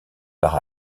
par